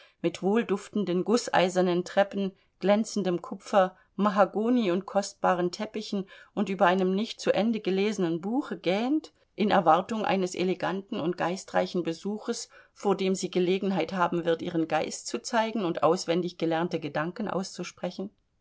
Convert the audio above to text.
mit wohlduftenden gußeisernen treppen glänzendem kupfer mahagoni und kostbaren teppichen und über einem nicht zu ende gelesenen buche gähnt in erwartung eines eleganten und geistreichen besuches vor dem sie gelegenheit haben wird ihren geist zu zeigen und auswendig gelernte gedanken auszusprechen